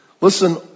Listen